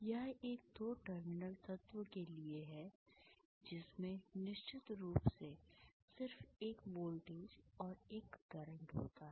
यह एक दो टर्मिनल तत्व के लिए है जिसमें निश्चित रूप से सिर्फ एक वोल्टेज और एक करंट होता है